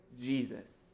Jesus